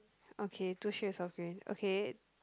okay two shades of green okay